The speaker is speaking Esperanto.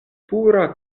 pura